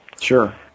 sure